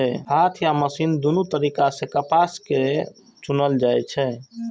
हाथ आ मशीन दुनू तरीका सं कपास कें चुनल जाइ छै